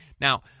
Now